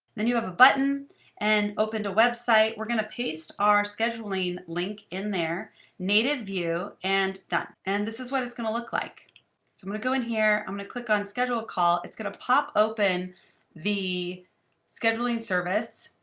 then you have a button and open the website. we're going to paste our scheduling link in there native view and done. and this is what it's going to look like. so i'm going to go in here. i'm going to click on schedule call. it's going to pop open the scheduling service.